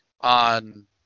on